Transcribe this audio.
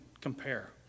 compare